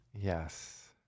Yes